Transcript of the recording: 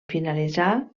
finalitzar